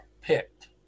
picked